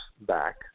back